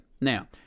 Now